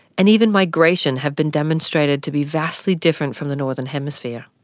and even migration have been demonstrated to be vastly different from the northern hemisphere.